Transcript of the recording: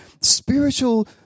spiritual